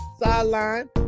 Sideline